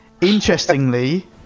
Interestingly